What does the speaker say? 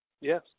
Yes